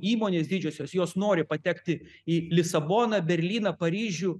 įmonės didžiosios jos nori patekti į lisaboną berlyną paryžių